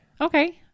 Okay